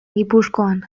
gipuzkoan